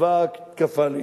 לצבא ההתקפה לישראל.